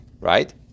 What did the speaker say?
right